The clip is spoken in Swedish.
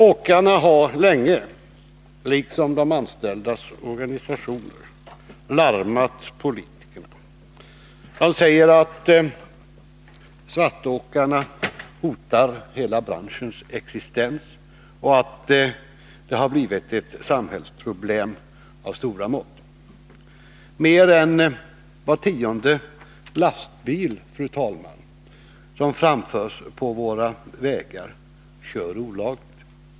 Åkarna liksom de anställdas organisationer har länge larmat politikerna. De säger att svartåkarna hotar hela branschens existens och att det har blivit ett samhällsproblem av stora mått. Mer än var tionde lastbil, fru talman, som framförs på våra vägar kör olagligt.